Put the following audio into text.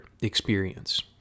experience